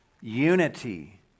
unity